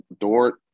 Dort